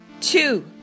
two